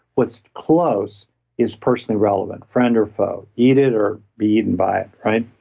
what's close is personally relevant, friend or foe, eat it or be eaten by it right?